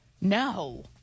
No